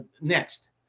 next